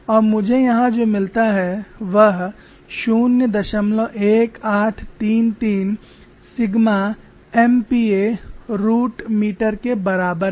और मुझे यहाँ जो मिलता है वह 01833 सिग्मा MPa रूट मीटर के बराबर है